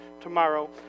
tomorrow